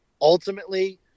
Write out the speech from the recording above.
ultimately